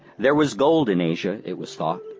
there was gold in asia, it was thought,